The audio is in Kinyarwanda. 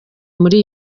muri